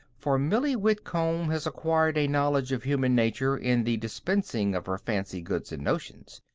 for millie whitcomb has acquired a knowledge of human nature in the dispensing of her fancy goods and notions.